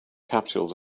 capsules